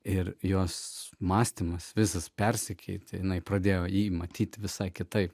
ir jos mąstymas visas persikeitė jinai pradėjo jį matyt visai kitaip